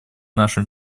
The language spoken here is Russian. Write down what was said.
нашим